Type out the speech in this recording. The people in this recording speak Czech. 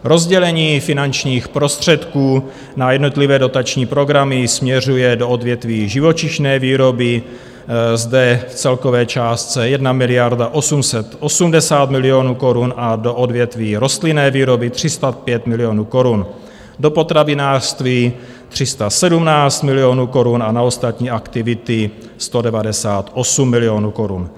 Rozdělení finančních prostředků na jednotlivé dotační programy směřuje do odvětví živočišné výroby, zde v celkové částce 1 880 000 000 korun, do odvětví rostlinné výroby 305 milionů korun, do potravinářství 317 milionů korun a na ostatní aktivity 198 milionů korun.